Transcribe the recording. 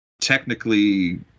Technically